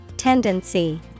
Tendency